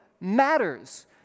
matters